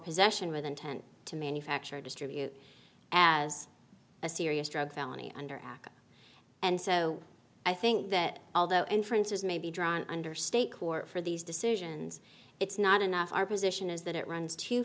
possession with intent to manufacture distribute as a serious drug felony under aca and so i think that although inferences may be drawn under state court for these decisions it's not enough our position is that it runs too